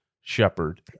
Shepard